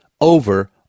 over